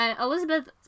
Elizabeth